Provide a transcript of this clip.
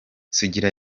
sugira